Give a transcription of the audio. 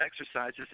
exercises